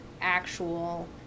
actual